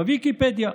בוויקיפדיה,